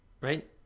Right